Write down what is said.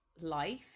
life